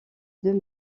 deux